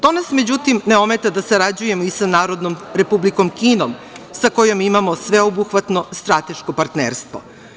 To nas međutim ne ometa da sarađujemo i sa Narodnom Republikom Kinom sa kojom imamo sveobuhvatno strateško partnerstvo.